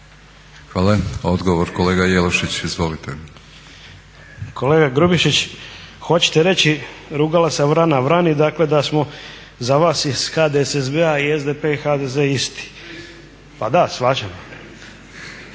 Hvala. Odgovor kolega Jelušić, izvolite. **Jelušić, Ivo (SDP)** Kolega Grubišić, hoćete reći rugala se vrana vrani, dakle da smo za vas iz HDSSB-a i SDP i HDZ isti. Pa da shvaćam.